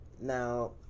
Now